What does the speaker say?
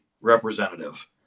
representative